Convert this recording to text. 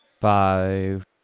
five